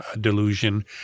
delusion